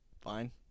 Fine